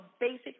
basic